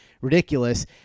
ridiculous